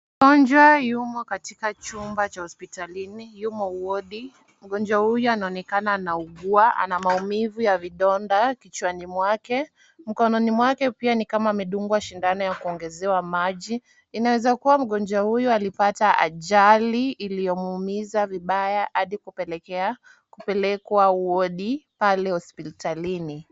Mgonjwa yumo katika chumba cha hospitalini. Yumo wodi. Mgonjwa huyu anaonekana anauguwa. Ana maumivu ya vidonda kichwani mwake. Mikononi mwake pia ni kama amedungwa sindano ya kuongezewa maji. Inaweza kuwa mgonjwa huyu alipata ajali iliyomuumiza vibaya hadi kupelekwa wodi pale hospitalini.